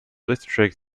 district